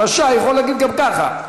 "רשאי", יכול להגיד גם ככה.